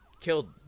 killed